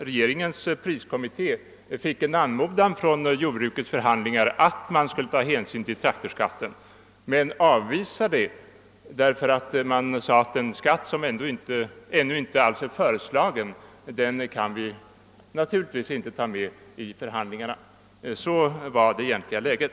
Regeringens priskommitité fick en anmodan av jordbrukets förhandlare att ta hänsyn till traktorskatten men avvisade detta under framhållande av att en skatt, som det ännu inte framlagts förslag om, inte kunde beaktas vid förhandlingarna. Sådant var det faktiska läget.